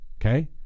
Okay